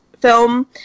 film